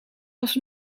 was